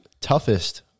toughest